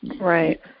Right